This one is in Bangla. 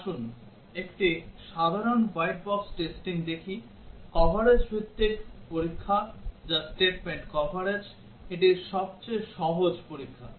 আসুন একটি সাধারণ হোয়াইট বক্স টেস্টিং দেখি কভারেজ ভিত্তিক পরীক্ষা যা statement কভারেজ এটি সবচেয়ে সহজ পরীক্ষা